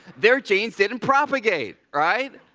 their genes didn't propagate, right?